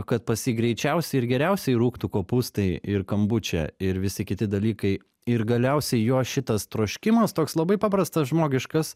kad pas jį greičiausiai ir geriausiai rūktų kopūstai ir kombučia ir visi kiti dalykai ir galiausiai jo šitas troškimas toks labai paprastas žmogiškas